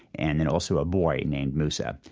and then also a boy named moussa.